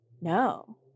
no